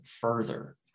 further